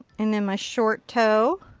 and then my short toe.